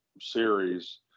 series